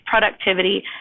productivity